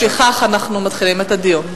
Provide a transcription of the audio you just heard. ולפיכך אנחנו מתחילים את הדיון.